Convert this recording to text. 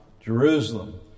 Jerusalem